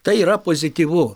tai yra pozityvu